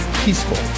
peaceful